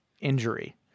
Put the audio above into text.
injury